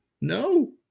No